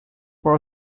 for